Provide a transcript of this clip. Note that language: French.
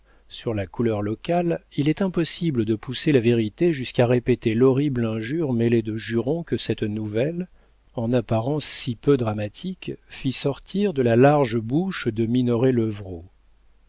sur la couleur locale il est impossible de pousser la vérité jusqu'à répéter l'horrible injure mêlée de jurons que cette nouvelle en apparence si peu dramatique fit sortir de la large bouche de minoret levrault